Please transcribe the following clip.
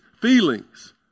feelings